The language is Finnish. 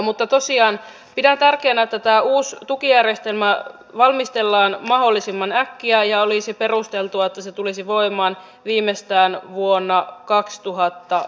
mutta tosiaan pidän tärkeänä että tämä uusi tukijärjestelmä valmistellaan mahdollisimman äkkiä ja olisi perusteltua että se tulisi voimaan viimeistään vuonna kaksituhatta